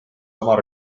oma